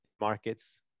markets